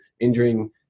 injuring